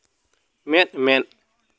ᱢᱮᱫ ᱢᱮᱫ